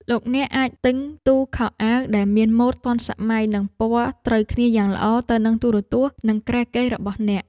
លោកអ្នកអាចទិញទូខោអាវដែលមានម៉ូដទាន់សម័យនិងពណ៌ត្រូវគ្នាយ៉ាងល្អទៅនឹងទូរទស្សន៍និងគ្រែគេងរបស់អ្នក។